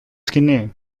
σκηνή